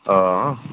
आ